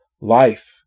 life